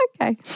Okay